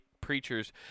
preachers